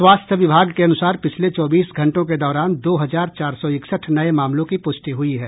स्वास्थ्य विभाग के अनुसार पिछले चौबीस घंटों के दौरान दो हजार चार सौ इकसठ नये मामलों की पुष्टि हुई है